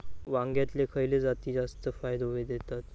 वांग्यातले खयले जाती जास्त फायदो देतत?